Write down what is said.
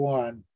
one